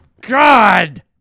God